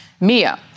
Mia